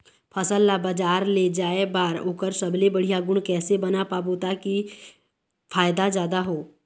फसल ला बजार ले जाए बार ओकर सबले बढ़िया गुण कैसे बना पाबो ताकि फायदा जादा हो?